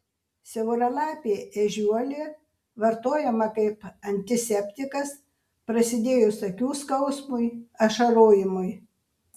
siauralapė ežiuolė vartojama kaip antiseptikas prasidėjus akių skausmui ašarojimui